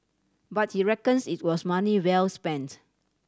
but he reckons it was money well spent